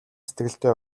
сэтгэлтэй